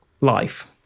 life